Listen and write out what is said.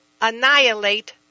annihilate